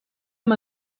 amb